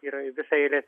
yra visa eilė